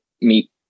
meet